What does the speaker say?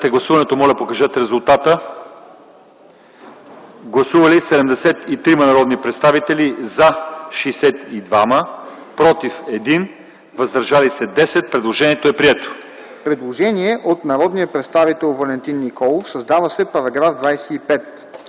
Предложението е прието.